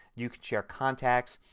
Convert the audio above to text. you can share contacts,